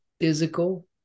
physical